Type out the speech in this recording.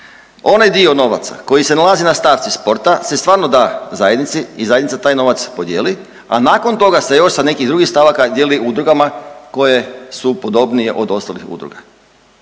Onaj dio novaca koji se nalazi na stavci sporta se stvarno da zajednici i zajednica taj novac podijeli, a nakon toga se još sa nekih drugih stavaka dijeli udrugama koje su podobnije od ostalih udruga.